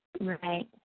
Right